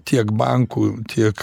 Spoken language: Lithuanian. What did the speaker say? tiek bankų tiek